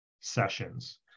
sessions